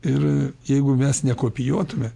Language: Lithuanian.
ir jeigu mes nekopijuotume